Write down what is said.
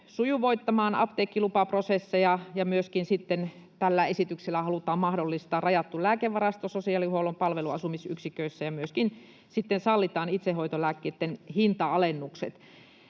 sujuvoittamaan apteekkilupaprosesseja, ja tällä esityksellä halutaan myöskin mahdollistaa rajattu lääkevarasto sosiaalihuollon palveluasumisyksiköissä ja myöskin sallitaan itsehoitolääkkeitten hinta-alennukset.